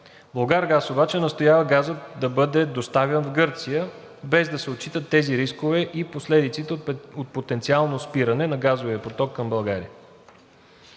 „Булгаргаз“ обаче настоява газът да бъде доставян в Гърция, без да се отчитат тези рискове и последиците от потенциално спиране на газовия поток към България.